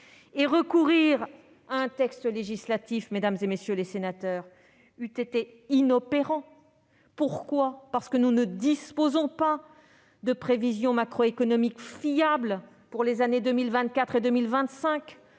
Recourir à un texte législatif, mesdames, messieurs les sénateurs, eût été inopérant, car nous ne disposons pas de prévisions macroéconomiques fiables pour les années 2024 et 2025.